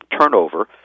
turnover